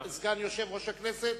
סגן יושב-ראש הכנסת,